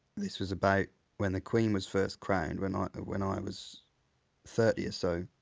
this was about when the queen was first crowned when ah when i was thirty or so,